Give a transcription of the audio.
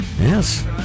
Yes